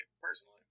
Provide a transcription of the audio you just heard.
personally